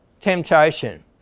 temptation